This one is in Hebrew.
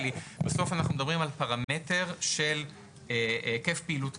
בסוף, אנחנו מדברים על פרמטר של היקף פעילות קטן.